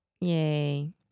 Yay